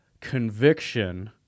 conviction